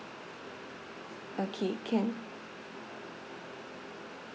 okay can